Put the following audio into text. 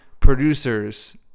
producers